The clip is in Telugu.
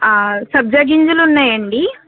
సబ్జా గింజలు ఉన్నాయండి